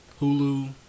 Hulu